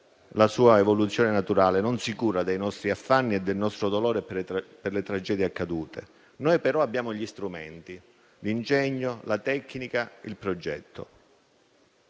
la sua evoluzione naturale, non si cura dei nostri affanni e del nostro dolore per le tragedie accadute. Noi, però, abbiamo gli strumenti: l'ingegno, la tecnica, il progetto.